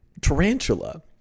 tarantula